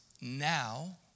now